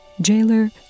Jailer